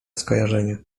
skojarzenia